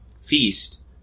feast